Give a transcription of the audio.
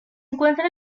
encuentra